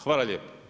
Hvala lijepo.